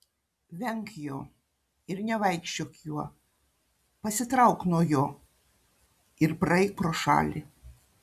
venk jo ir nevaikščiok juo pasitrauk nuo jo ir praeik pro šalį